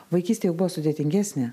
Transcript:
vaikystė juk buvo sudėtingesnė